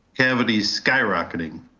cavity skyrocketing.